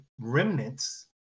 remnants